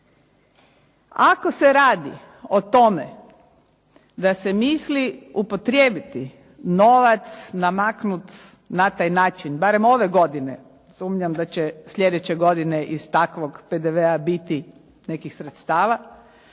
Ako se radi o tome da se misli upotrijebiti novac namaknut na taj način, barem ove godine, sumnjam da će slijedeće godine iz takvog PDV-a biti nekih sredstava,